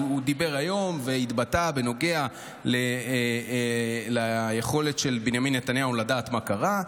הוא דיבר היום והתבטא בנוגע ליכולת של בנימין נתניהו לדעת מה קרה.